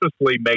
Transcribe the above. make